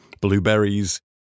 Blueberries